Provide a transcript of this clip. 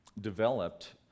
developed